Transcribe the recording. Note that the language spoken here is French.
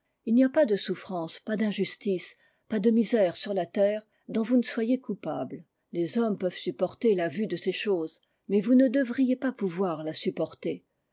ii n'y a pas de souffrance pas d'injustice pas de misère sur la terre dont vous ne soyez coupables les hommes peuvent supporter la vue de ces choses mais vous ne devriez pas pouvoir la supporter